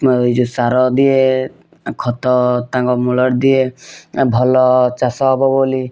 ଏ ଯେଉଁ ସାର ଦିଏ ଖତ ତାଙ୍କ ମୂଳରେ ଦିଏ ଆଉ ଭଲ ଚାଷ ହେବ ବୋଲି